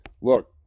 look